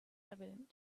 evident